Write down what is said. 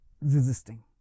resisting